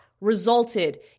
resulted